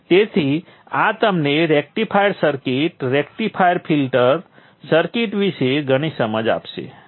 તેથી આ તમને rectifier circuit rectifier filter circuit વિશે ઘણી સમજ આપશે